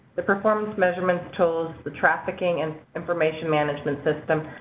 the performance measurements tool. the trafficking and information management system.